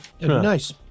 Nice